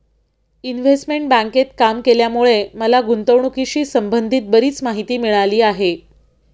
investment बँकेत काम केल्यामुळे मला गुंतवणुकीशी संबंधित बरीच माहिती मिळाली आहे